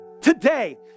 today